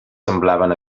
semblaven